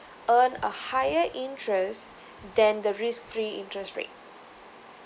earn a higher interest than the risk free interest rate